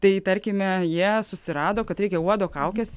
tai tarkime jie susirado kad reikia uodo kaukės